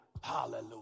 Hallelujah